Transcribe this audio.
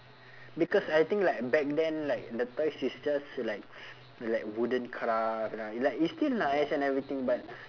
because I think like back then like the toys is just like like wooden craft you know like it's still nice and everything but